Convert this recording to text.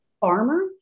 farmer